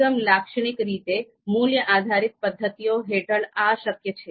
અભિગમ લાક્ષણિક રીતે મૂલ્ય આધારિત પદ્ધતિઓ હેઠળ આ શક્ય છે